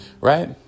Right